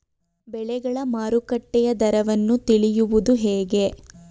ಬೆಳೆಗಳ ಮಾರುಕಟ್ಟೆಯ ದರವನ್ನು ತಿಳಿಯುವುದು ಹೇಗೆ?